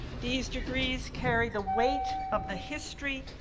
these degrees carry the weight of the history,